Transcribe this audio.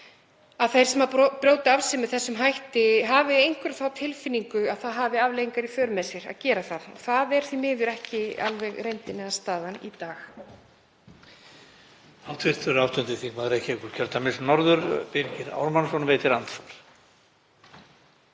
að þeir sem brjóta af sér með þessum hætti hafi þá tilfinningu að það hafi afleiðingar í för með sér að gera það. Það er því miður ekki alveg reyndin eða staðan í dag.